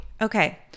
Okay